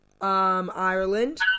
Ireland